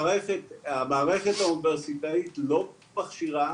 המערכת האוניברסיטאית לא מכשירה